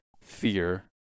fear